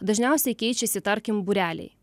dažniausiai keičiasi tarkim būreliai